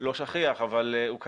לא שכיח, אבל הוא קיים,